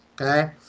Okay